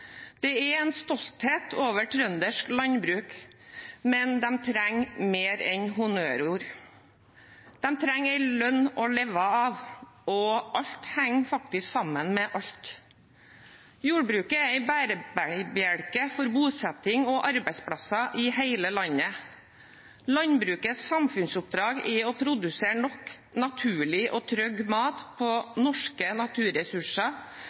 er en stolthet over trøndersk landbruk, men de trenger mer enn honnørord. De trenger en lønn å leve av, og alt henger sammen med alt. Jordbruket er en bærebjelke for bosetting og arbeidsplasser i hele landet. Landbrukets samfunnsoppdrag er å produsere nok naturlig og trygg mat på norske naturressurser